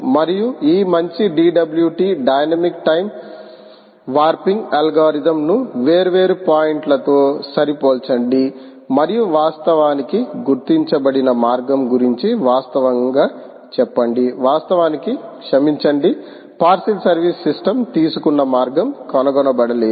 మరియు ఈ మంచి DTW డైనమిక్ టైమ్ వార్పింగ్ అల్గోరిథంను వేర్వేరు పాయింట్లతో సరిపోల్చండి మరియు వాస్తవానికి గుర్తించబడిన మార్గం గురించి వాస్తవంగా చెప్పండి వాస్తవానికి క్షమించండి పార్శిల్ సర్వీస్ సిస్టమ్ తీసుకున్న మార్గం కనుగొనబడలేదు